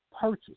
purchase